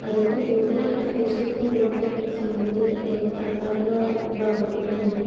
അതൊക്കെ കൂടുതലായിട്ടും കൃഷിയൊക്കെ കൂടുതലായിട്ട് ചെയ്യുന്നത് കർണാടക ഭാഗത്തൊക്കെയാണ്